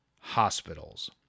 hospitals